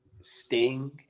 Sting